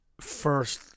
first